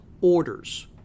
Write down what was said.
orders